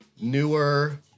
newer